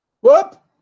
Whoop